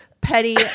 petty